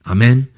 Amen